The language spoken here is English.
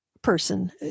person